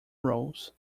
roles